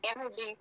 energy